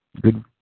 Good